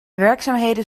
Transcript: werkzaamheden